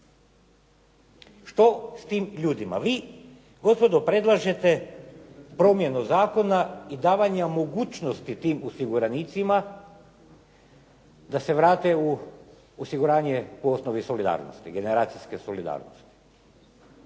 Što s tim ljudima? Vi gospodo predlažete promjenu zakona i davanja mogućnosti tim osiguranicima da se vrate u osiguranje po osnovi solidarnosti, generacijske solidarnosti.